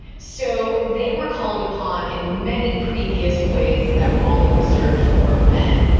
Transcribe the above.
so they were called upon in many previous ways that were only reserved for man.